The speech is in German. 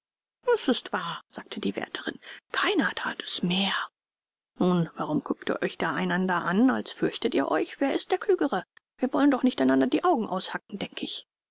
das ist wahr sagte die wärterin keiner that es mehr nun warum guckt ihr euch da einander an als fürchtetet ihr euch wer ist der klügere wir wollen doch nicht einander die augen aushacken denk ich